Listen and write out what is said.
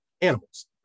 animals